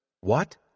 What